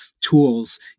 tools